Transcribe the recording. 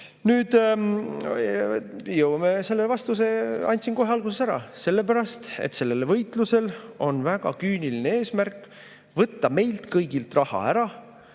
Nüüd jõuame selle vastuseni, andsin selle kohe alguses ära. Sellepärast, et sellel võitlusel on väga küüniline eesmärk: võtta meilt kõigilt raha ära,